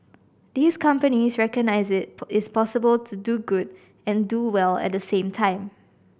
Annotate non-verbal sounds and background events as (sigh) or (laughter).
these companies recognise it (unintelligible) is possible to do good and do well at the same time